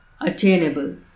Attainable